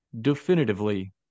definitively